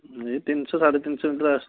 ଏଇ ତିନି ଶହ ସାଢ଼େ ତିନି ଶହ ଭିତରେ ଆସୁଛି